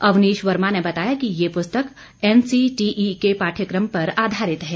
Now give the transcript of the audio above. अवनीश वर्मा ने बताया कि ये पुस्तक एनसीटीई के पाठ्यक्रम पर आधारित है